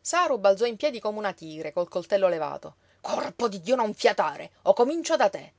saru balzò in piedi come un tigre col coltello levato corpo di dio non fiatare o comincio da te